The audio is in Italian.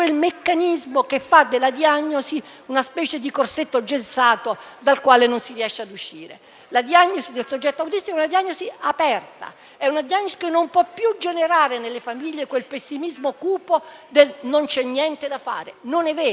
che fa della diagnosi una specie di corsetto gessato dal quale non si riesce ad uscire. Quella del soggetto autistico è una diagnosi aperta e non può più generare nelle famiglie quel pessimismo cupo del «non c'è niente da fare»: non è vero,